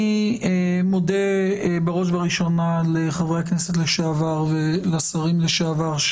אני מודה בראש ובראשונה לחברי הכנסת לשעבר ולשרים לשעבר,